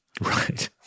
Right